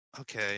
Okay